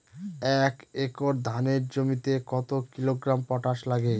এক একর ধানের জমিতে কত কিলোগ্রাম পটাশ লাগে?